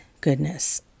goodness